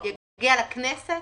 זה יגיע לכנסת?